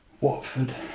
Watford